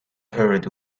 heard